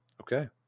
Okay